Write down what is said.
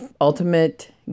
ultimate